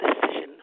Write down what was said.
decision